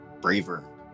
braver